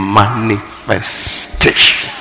manifestation